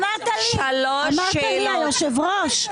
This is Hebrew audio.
אבל אמרת לי, היושב ראש.